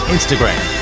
Instagram